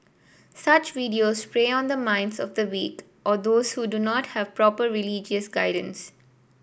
such videos prey on the minds of the weak or those who do not have proper religious guidance